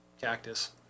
cactus